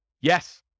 Yes